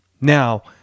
Now